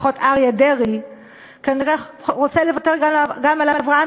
לפחות אריה דרעי כנראה רוצה לוותר גם על אברהם,